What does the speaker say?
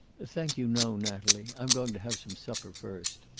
thank you, no, natalie. i'm going to have some supper first.